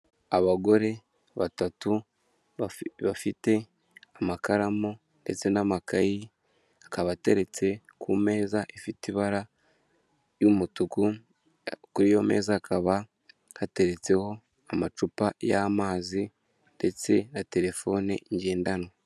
Abagore batatu bafite amakaramu ndetse n'amakayi akaba ateretse ku meza ifite ibara ry'umutuku kuri yo meza kaba yateretseho amacupa y'amazi ndetse na terefone ngendanwa.